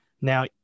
Now